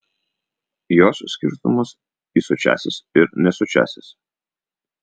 jos skirstomos į sočiąsias ir nesočiąsias